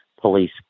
police